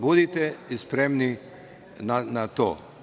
Budite spremni na to.